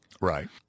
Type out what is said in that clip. Right